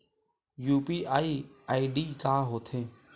UPI ID का होथे?